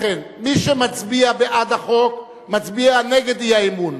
לכן, מי שמצביע בעד החוק, מצביע נגד אי-אמון.